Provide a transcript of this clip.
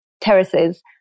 terraces